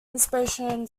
inspiration